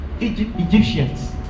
egyptians